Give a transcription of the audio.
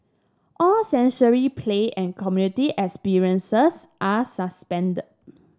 all sensory play and community experiences are suspended